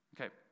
Okay